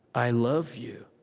i love you.